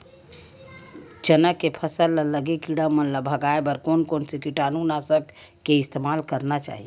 चना के फसल म लगे किड़ा मन ला भगाये बर कोन कोन से कीटानु नाशक के इस्तेमाल करना चाहि?